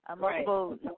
multiple